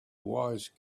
wise